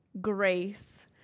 Grace